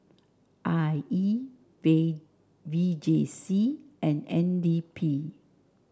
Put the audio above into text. I E V V J C and N D P